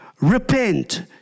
Repent